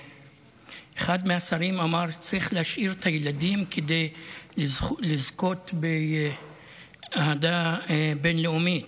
אחד מהשרים אמר: צריך להשאיר את הילדים כדי לזכות באהדה בין-לאומית.